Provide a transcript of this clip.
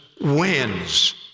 wins